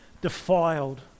defiled